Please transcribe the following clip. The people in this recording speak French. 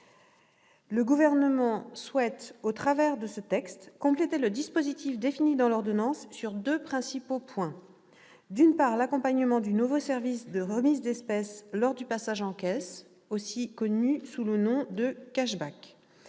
Le Gouvernement souhaite au travers de ce texte compléter le dispositif défini dans l'ordonnance sur deux principaux points : l'accompagnement du nouveau service de remise d'espèces lors du passage en caisse, dit «», et l'accélération